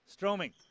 Stroming